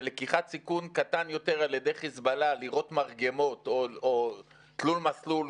זה לקיחת סיכון קטן יותר על ידי חיזבאללה לירות מרגמות או תלול מסלול